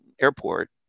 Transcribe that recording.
airport